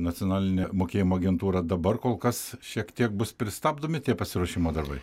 nacionalinę mokėjimo agentūrą dabar kol kas šiek tiek bus pristabdomi tie pasiruošimo darbai